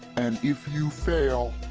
and if you fail.